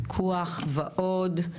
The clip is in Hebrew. פיקוח ועוד.